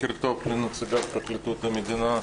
לנציגת פרקליטות המדינה.